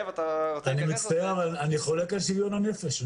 אני מצטער אבל אני חולק על שוויון הנפש.